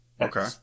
Okay